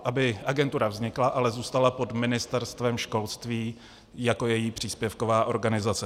Aby agentura vznikla, ale zůstala pod Ministerstvem školství jako její příspěvková organizace.